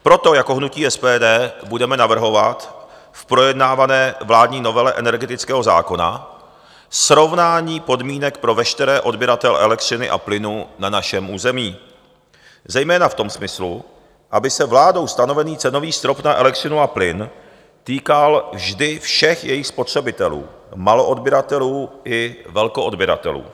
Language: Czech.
Proto jako hnutí SPD budeme navrhovat k projednávané vládní novele energetického zákona srovnání podmínek pro veškeré odběratele elektřiny a plynu na našem území, zejména v tom smyslu, aby se vládou stanovený cenový strop na elektřinu a plyn týkal vždy všech jejich spotřebitelů, maloodběratelů i velkoodběratelů.